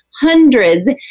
hundreds